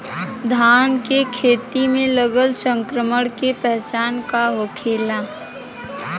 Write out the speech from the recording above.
धान के खेत मे लगल संक्रमण के पहचान का होखेला?